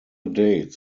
dates